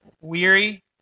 weary